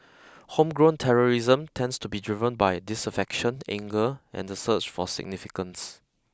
homegrown terrorism tends to be driven by disaffection anger and the search for significance